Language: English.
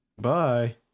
Bye